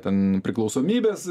ten priklausomybes